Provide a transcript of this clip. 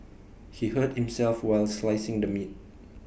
he hurt himself while slicing the meat